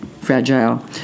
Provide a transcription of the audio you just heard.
fragile